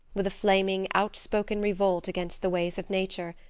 with a flaming, outspoken revolt against the ways of nature,